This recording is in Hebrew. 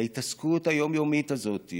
וההתעסקות היומיומית הזאת,